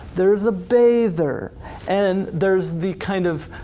there's a bather and there's the kind of,